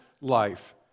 life